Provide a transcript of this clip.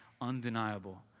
undeniable